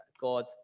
God